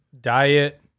diet